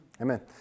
Amen